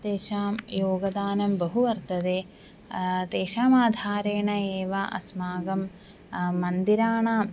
तेषां योगदानं बहु वर्तते तेषाम् आधारेण एव अस्माकं मन्दिराणां